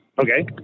Okay